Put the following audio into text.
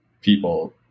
people